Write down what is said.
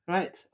Right